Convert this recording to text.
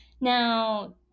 now